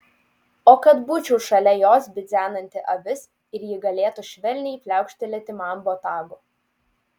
o kad būčiau šalia jos bidzenanti avis ir ji galėtų švelniai pliaukštelėti man botagu